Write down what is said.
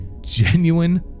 genuine